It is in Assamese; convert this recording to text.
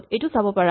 এইটো এটা চাবা